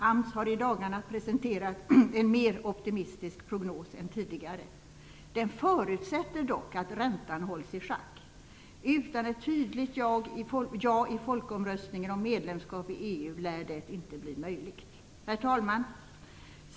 AMS har i dagarna presenterat en mer optimistisk prognos än tidigare; den förutsätter dock att räntan hålls i schack. Utan ett tydligt ja i folkomröstningen om medlemskap i EU lär det inte bli möjligt. Herr talman!